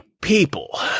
people